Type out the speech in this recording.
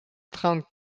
trente